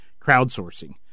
crowdsourcing